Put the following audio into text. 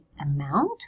amount